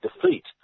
defeat